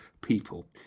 people